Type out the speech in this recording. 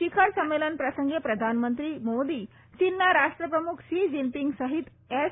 શિખર સંમેલન પ્રસંગે પ્રધાનમંત્રી મોદી ચીનના રાષ્ટ્રપ્રમુખ શી જીનપિંગ સહિત એસ